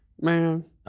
Man